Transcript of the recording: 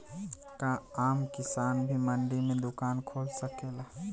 का आम किसान भी मंडी में दुकान खोल सकेला?